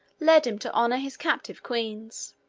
led him to honor his captive queens.